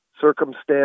circumstance